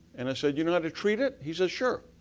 and i said, you know how to treat it? he says, sure.